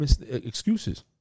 excuses